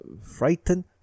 frightened